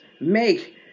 make